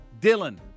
Dylan